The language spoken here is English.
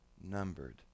numbered